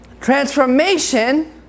transformation